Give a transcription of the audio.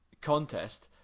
contest